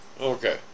Okay